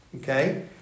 Okay